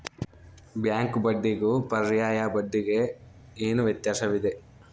Bank ಬಡ್ಡಿಗೂ ಪರ್ಯಾಯ ಬಡ್ಡಿಗೆ ಏನು ವ್ಯತ್ಯಾಸವಿದೆ?